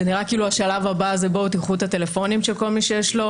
נראה שהשלב הבא הוא שתיקחו את הטלפונים של כל מי שיש לו